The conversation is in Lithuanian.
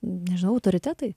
nežinau autoritetai